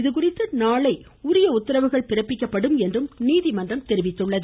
இதுகுறித்து நாளை உரிய உத்தரவுகள் பிறப்பிக்கப்படும் என்றும் நீதிமன்றம் தெரிவித்துள்ளது